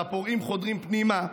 והפורעים חודרים פנימה.